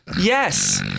yes